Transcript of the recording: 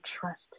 trust